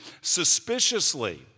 suspiciously